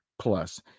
plus